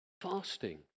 fasting